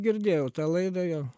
girdėjau tą laidą jo